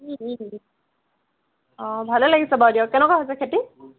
অঁ ভালেই লাগিছে বাৰু দিয়ক কেনেকুৱা হৈছে খেতি